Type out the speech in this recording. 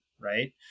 right